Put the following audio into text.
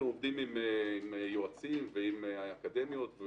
אנחנו עובדים עם יועצים ועם האקדמיות,